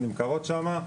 נמכרות שמה,